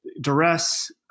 duress